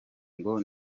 ngo